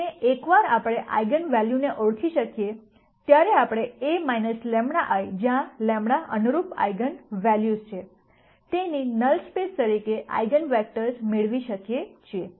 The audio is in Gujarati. અને એકવાર આપણે આઇગન વૅલ્યુઝને ઓળખી શકીયે ત્યારે આપણે A λ I જ્યાં λ અનુરૂપ આઇગન વૅલ્યુઝ છે તેની નલ સ્પેસ તરીકે આઇગન વેક્ટર્સ મેળવી શકીએ છીએ